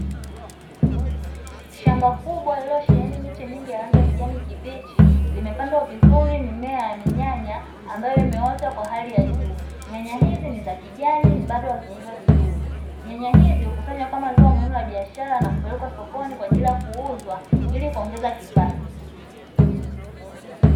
Shamba kubwa lililo sheheni miche mingi ya ranyi ya kijani kibichi limepandwa vizuri mimea ya minyanya ambayo imeota kwa hali ya juu ,nyanya hizi nizakijani bad hazija iva vzuri nyanya hizi hukusanywa kama zao muhimu la biashara na kupelekwa sokoni kwaajili ya kuuzwa ili kuongeza kipato.